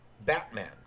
Batman